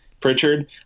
Pritchard